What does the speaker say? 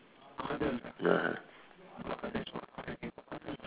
(uh huh)